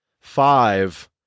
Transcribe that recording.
five